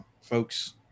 folks